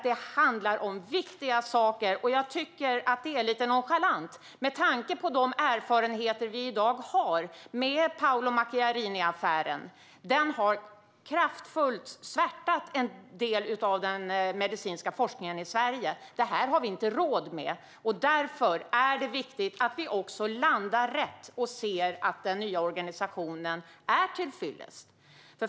Det handlar om viktiga saker, och jag tycker att det hanteras lite nonchalant med tanke på de erfarenheter vi i dag har med Paolo Macchiarini-affären, som kraftfullt har svärtat ned en del av den medicinska forskningen i Sverige. Det har vi inte råd med, och därför är det viktigt att vi också landar rätt och ser att den nya organisationen är till fyllest.